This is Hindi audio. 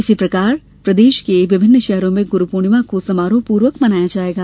इसी प्रकार प्रदेश के विभिन्न शहरों में गुरू पूर्णिमा को समारोह पूर्वक मनाया जायेगा